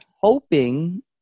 hoping